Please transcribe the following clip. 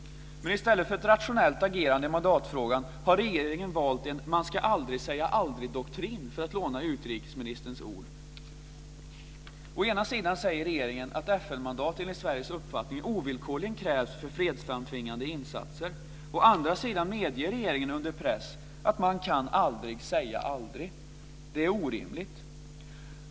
Men i stället för ett rationellt agerande i mandatfrågan har regeringen valt en man-ska-aldrig-sägaaldrig-doktrin, för att låna utrikesministerns ord. Å ena sidan säger regeringen att FN-mandat enligt Sveriges uppfattning ovillkorligen krävs för fredsframtvingande insatser. Å andra sidan medger regeringen under press att man aldrig kan säga aldrig. Det är orimligt.